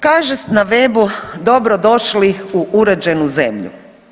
Kaže na webu dobro došli u uređenu zemlju.